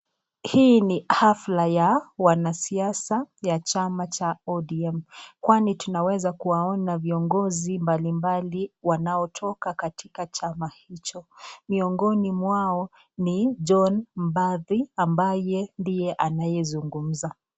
Hii ni hafla ya wanasiasa ya chama cha ODM, kwani tunaweza kuwaona viongozi mbalimbali wanaotoka katika chama hicho. Miongoni mwao ni John Mbadi ambaye ndiye anayezungumza.